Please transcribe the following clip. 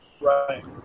Right